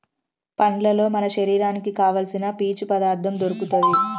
పండ్లల్లో మన శరీరానికి కావాల్సిన పీచు పదార్ధం దొరుకుతది